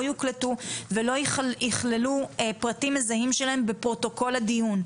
יוקלטו ולא יכללו פרטים מזהים שלהם בפרוטוקול הדיון.